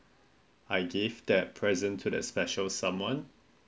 i give that present to the special someone